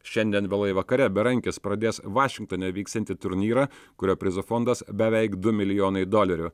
šiandien vėlai vakare berankis pradės vašingtone vyksiantį turnyrą kurio prizo fondas beveik du milijonai dolerių